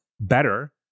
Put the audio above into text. better